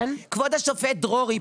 כבוד השופט דרורי,